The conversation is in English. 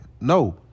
No